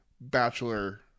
bachelor